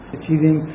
achieving